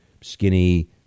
skinny